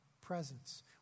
presence